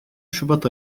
şubat